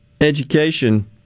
Education